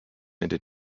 into